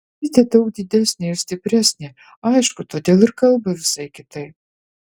jadzytė daug didesnė ir stipresnė aišku todėl ir kalba visai kitaip